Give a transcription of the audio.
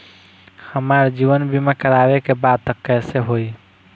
हमार जीवन बीमा करवावे के बा त कैसे होई?